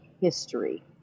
history